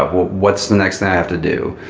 what's the next thing i have to do?